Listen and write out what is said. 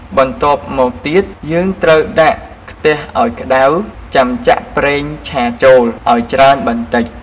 បន្ទាប់មកទៀត យើងត្រូវដាក់ខ្ទះឱ្យក្តៅ ចាំចាក់ប្រេងឆាចូលឱ្យច្រើនបន្តិច។